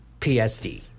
PSD